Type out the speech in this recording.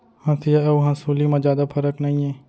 हँसिया अउ हँसुली म जादा फरक नइये